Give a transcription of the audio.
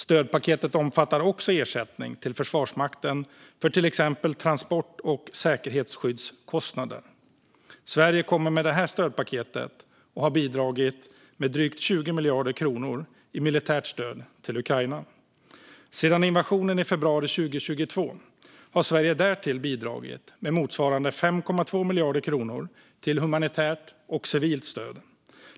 Stödpaketet omfattar också ersättning till Försvarsmakten för till exempel transport och säkerhetsskyddskostnader. Sverige kommer med detta stödpaket att ha bidragit med drygt 20 miljarder kronor i militärt stöd till Ukraina. Sedan invasionen i februari 2022 har Sverige därtill bidragit med motsvarande 5,2 miljarder kronor till humanitärt och civilt stöd.